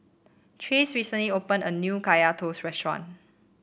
Trace recently opened a new Kaya Toast restaurant